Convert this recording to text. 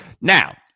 Now